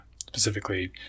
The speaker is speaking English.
specifically